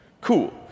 Cool